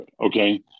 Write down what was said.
Okay